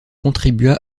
contribua